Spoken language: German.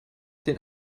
den